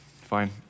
fine